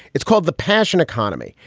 it's called the passion economy.